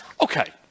Okay